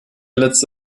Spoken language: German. letzte